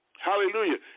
Hallelujah